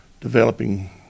developing